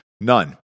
None